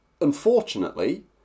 unfortunately